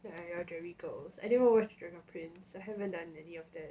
ya I know derry girls I never even watch drama prince I haven't even done any of them